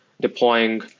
deploying